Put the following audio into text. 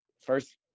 first